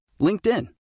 LinkedIn